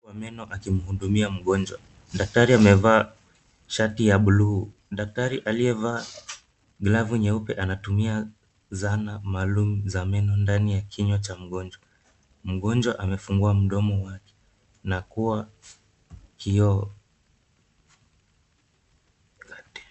Daktari wa meno akimhudumia mgonjwa. Daktari amevaa shati ya blue . Daktari aliyevaa glavu nyeupe anatumia zana maalum za meno ndani ya kinywa cha mgonjwa. Mgonjwa amefungua mdomo wake na kuwa kioo.